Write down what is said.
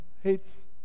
hates